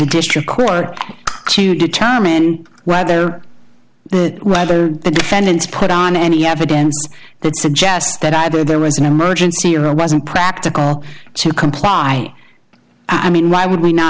district court to determine whether the whether the defendants put on any evidence that suggests that either there was an emergency or wasn't practical to comply i mean why would we not